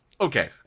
Okay